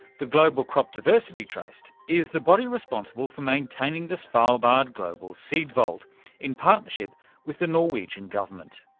the global crop diversity trust is the body responsible for maintaining the svarlbard global seed vault in partnership with the norwegian government.